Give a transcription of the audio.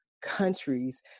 countries